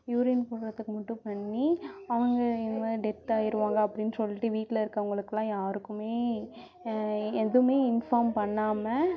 urine போகிறதுக்கு மட்டும் பண்ணி அவங்க இவங்க டெத்தாயிடுவாங்க அப்டின்னு சொல்லிட்டு வீட்டில் இருக்கவங்களுக்கெல்லாம் யாருக்கும் எதுவுமே இன்ஃபார்ம் பண்ணாமல்